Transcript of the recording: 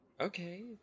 okay